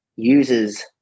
uses